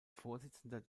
vorsitzender